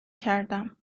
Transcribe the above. کردم